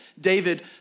David